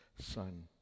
Son